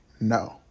No